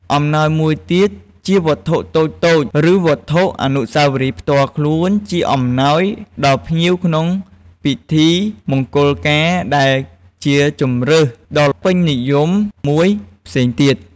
អំណោយមួយទៀតជាវត្ថុតូចៗឬវត្ថុអនុស្សាវរីយ៍ផ្ទាល់ខ្លួនជាអំណោយដល់ភ្ញៀវក្នុងពិធីមង្គលការ ដែលជាជម្រើសដ៏ពេញនិយមមួយផ្សេងទៀត។